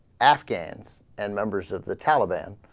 afghans and members of the taliban